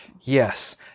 Yes